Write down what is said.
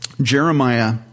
Jeremiah